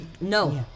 No